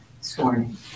sworn